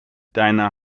deiner